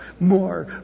more